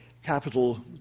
Capital